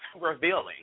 revealing